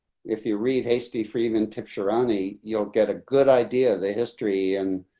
if you read hasty for even tips around a, you'll get a good idea, the history and